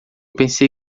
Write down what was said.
pensei